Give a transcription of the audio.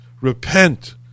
repent